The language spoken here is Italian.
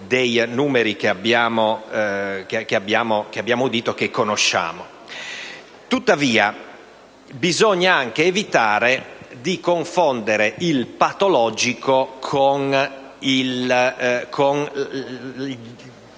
Tuttavia, bisogna anche evitare di confondere il patologico con la situazione